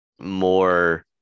more